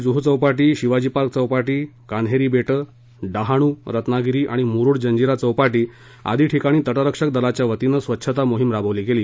Juhu Chowpatty Shivaji park Chowpatty Kanhore बे डहाणू रत्नागिरी आणि मुरुड जंजिरा चौपाटी आदी ठिकाणी तटरक्षक दलाच्या वतीनं स्वच्छता मोहिम राबवली गेली